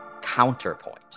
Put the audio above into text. counterpoint